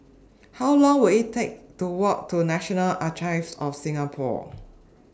How Long Will IT Take to Walk to National Archives of Singapore